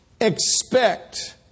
expect